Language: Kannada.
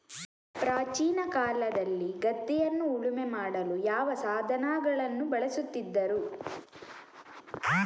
ಪ್ರಾಚೀನ ಕಾಲದಲ್ಲಿ ಗದ್ದೆಯನ್ನು ಉಳುಮೆ ಮಾಡಲು ಯಾವ ಸಾಧನಗಳನ್ನು ಬಳಸುತ್ತಿದ್ದರು?